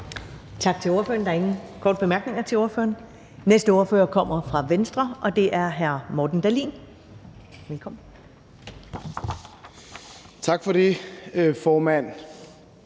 Tak til ordføreren. Der er ingen korte bemærkninger til ordføreren. Den næste ordfører kommer fra Venstre, og det er hr. Morten Dahlin. Velkommen. Kl. 13:27 (Ordfører)